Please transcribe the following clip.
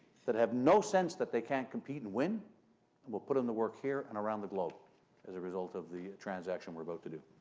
that have no sense that they can't compete and win and we'll put them to work here and around the globe as a result of the transaction we're about to do.